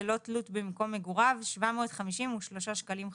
ללא תלות במקום מגוריו - 753 שקלים חדשים,